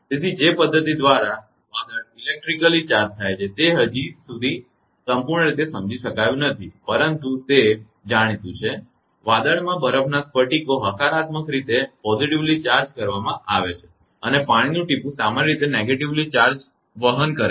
તેથી જે પદ્ધતિ દ્વારા વાદળ ઇલેક્ટ્રિકલી ચાર્જ થાય છે તે હજી સુધી સંપૂર્ણ રીતે સમજી શકાયું નથી પરંતુ તે જાણીતું છે કે વાદળમાં બરફના સ્ફટિકો હકારાત્મક રીતે ચાર્જ કરવામાં આવે છે અને પાણીની ટીપું સામાન્ય રીતે નકારાત્મક ચાર્જ વહન કરે છે